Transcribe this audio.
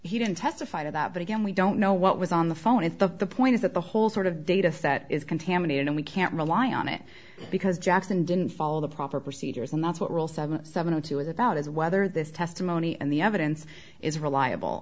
he didn't testify to that but again we don't know what was on the phone is the point is that the whole sort of data set is contaminated and we can't rely on it because jackson didn't follow the proper procedures and that's what will seven seven zero two is about is whether this testimony and the evidence is reliable